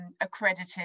accredited